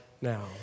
now